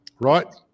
right